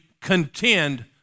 contend